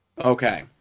Okay